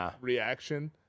reaction